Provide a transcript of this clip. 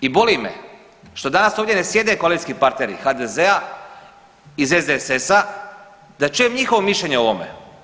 I boli me što danas ovdje ne sjede koalicijski partneri HDZ-a iz SDSS-a da čujem njihovo mišljenje o ovome.